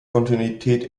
kontinuität